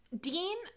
Dean